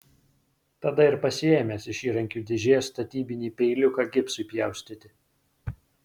tada ir pasiėmęs iš įrankių dėžės statybinį peiliuką gipsui pjaustyti